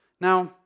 Now